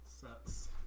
Sucks